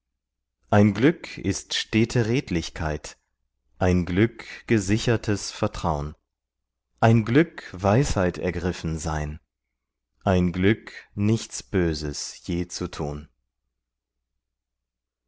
ein glück ist stete redlichkeit ein glück gesichertes vertraun ein glück weisheitergriffen sein ein glück nichts böses je zu tun